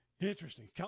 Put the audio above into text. Interesting